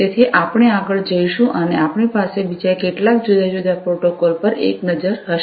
તેથી આપણે આગળ જઈશું અને આપણી પાસે બીજા કેટલાક જુદા જુદા પ્રોટોકોલો પર એક નજર હશે